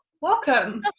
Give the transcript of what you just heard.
Welcome